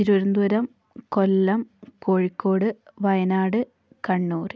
Thiruvananthapuram Kollam Kozhikode Wayanad Kannur